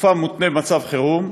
שתוקפם מותנה במצב חירום,